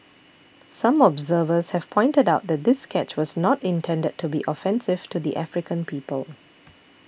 some observers have pointed out that this sketch was not intended to be offensive to the African people